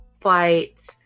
flight